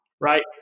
right